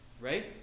right